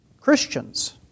Christians